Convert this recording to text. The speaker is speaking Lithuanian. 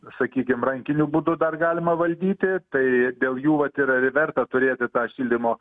sakykim rankiniu būdu dar galima valdyti tai dėl jų vat ir ar verta turėti tą šildymo